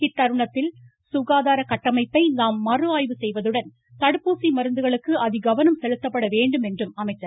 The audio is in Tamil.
இத்தருணத்தில் சுகாதார கட்டமைப்பை நாம் மறு ஆய்வு செய்வதுடன் தடுப்பூசி மருந்துகளுக்கு அதி கவனம் செலுத்தப்பட வேண்டும் என்றும் கேட்டுக்கொண்டார்